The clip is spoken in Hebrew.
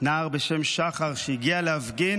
נער בשם שחר שהגיע להפגין